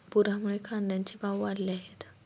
पुरामुळे कांद्याचे भाव वाढले आहेत